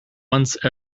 once